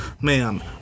man